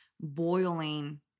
boiling